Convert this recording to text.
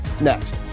next